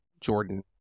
Jordan